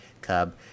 Cub